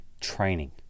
training